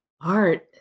Art